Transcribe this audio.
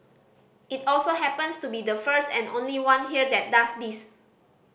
it also happens to be the first and only one here that does this